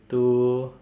two